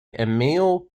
emil